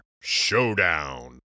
Showdown